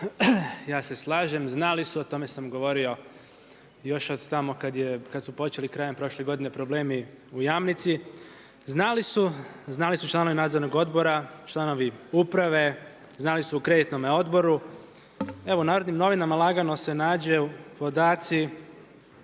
ja se slažem, znali su o tome sam govorio još od tamo kada su počeli krajem prošle godine problemi u Jamnici, znali su, znali su članovi nadzornog odbora, članovi uprava, znali su u kreditnome odboru. Evo u Narodnim novinama lagano se nađu podaci